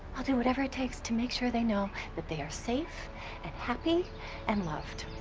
i'll do whatever it takes to make sure they know that they are safe and happy and loved.